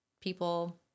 people